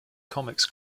comics